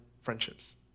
friendships